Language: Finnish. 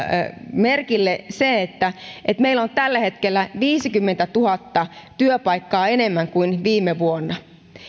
merkille sen että meillä on tällä hetkellä viisikymmentätuhatta työpaikkaa enemmän kuin viime vuonna